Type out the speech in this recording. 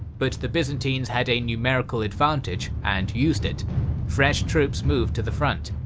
but the byzantines had a numerical advantage and used it fresh troops moved to the front,